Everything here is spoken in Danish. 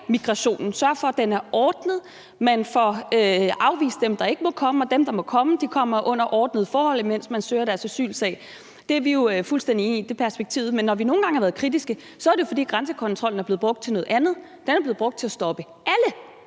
sørge for, at den er ordnet, og at man får afvist dem, der ikke må komme, og at dem, der må komme, kommer under ordnede forhold, mens man behandler deres asylsag. Det er vi jo fuldstændig enige i er perspektivet i det, men når vi nogle gange har været kritiske, er det jo, fordi grænsekontrollen er blevet brugt til noget andet. Den er blevet brugt til at stoppe alle,